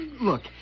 look